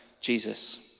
Jesus